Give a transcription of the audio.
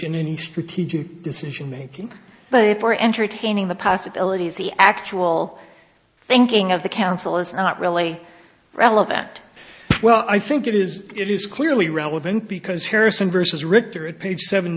in any strategic decision making but for entertaining the possibilities the actual thinking of the council is not really relevant well i think it is it is clearly relevant because here are some verses richter at page seven